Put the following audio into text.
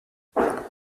ansonsten